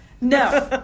No